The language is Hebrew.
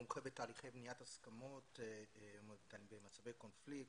מומחה בתהליכי בניית הסכמות במצבי קונפליקט,